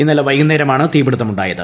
ഇന്നലെ വൈകുന്നേരമാണ് തീപിടുത്തമുണ്ടായത്